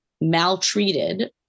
maltreated